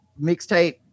mixtape